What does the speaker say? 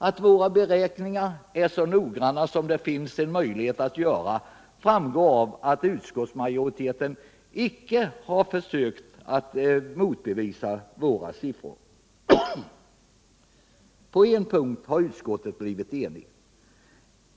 Att våra beräkningar är så noggranna som det finns en möjlighet att göra framgår av alt utskoltsmajoriteten icke har försökt motbevisa våra siffror. På en punkt har utskottet blivit enigt.